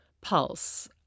pulse